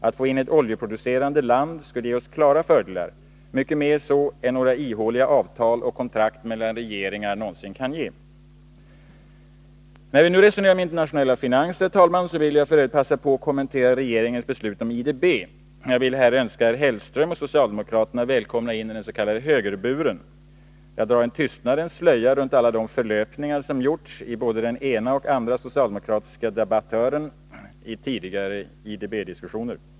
Att få in ett oljeproducerande land skulle ge oss klara fördelar, mycket mer så än några ihåliga avtal och kontrakt mellan regeringar någonsin kan ge. När vi nu resonerar om internationella finanser, herr talman, vill jag passa på att kommentera regeringens beslut om IDB. Jag önskar herr Hellström och socialdemokraterna välkomna in i den s.k. ”högerburen”. Jag drar en tystnadens slöja över alla de förlöpningar som gjorts av både den ena och andra socialdemokratiska debattören i tidigare IDB-debatter.